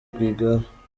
rwigara